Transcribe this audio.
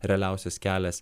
realiausias kelias